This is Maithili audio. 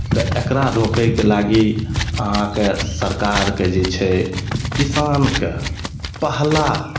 तऽ एकरा रोकैके लागी अहाँके जे सरकार कऽ जे छै किसानके पहला